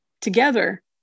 together